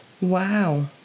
Wow